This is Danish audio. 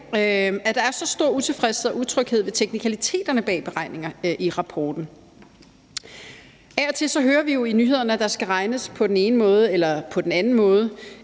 at der er så stor utilfredshed og utryghed ved teknikaliteterne bag beregningerne i rapporten. Af og til hører vi jo i nyhederne, at der skal regnes på den ene måde eller på den anden måde,